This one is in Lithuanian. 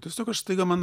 tiesiog aš staiga man